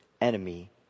Enemy